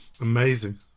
Amazing